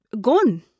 gone